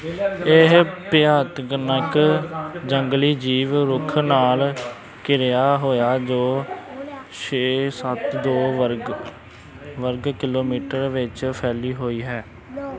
ਇਹ ਭਿਆਨਕ ਨਕ ਜੰਗਲੀ ਜੀਵ ਰੁੱਖ ਨਾਲ ਘਿਰਿਆ ਹੋਇਆ ਜੋ ਛੇ ਸੱਤ ਦੋ ਵਰਗ ਵਰਗ ਕਿਲੋਮੀਟਰ ਵਿੱਚ ਫੈਲੀ ਹੋਈ ਹੈ